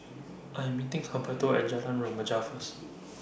I'm meeting Humberto At Jalan Remaja First